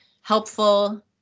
helpful